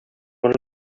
one